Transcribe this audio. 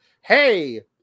hey